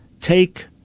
Take